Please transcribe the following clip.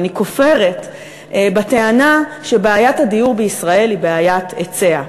אני כופרת בטענה שבעיית הדיור בישראל היא בעיית היצע.